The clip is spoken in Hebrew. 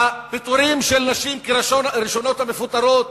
הפיטורים של נשים כראשונות המפוטרות,